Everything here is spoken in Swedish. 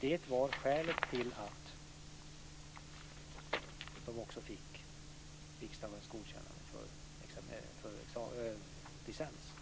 Detta var skälet till att regeringen 1994 föreslog riksdagen att naparapaterna skulle omfattas av legitimationsbestämmelser och att regeringen beslutat att utbildningen ska ge rätt till studiestöd.